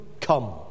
come